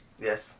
Yes